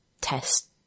test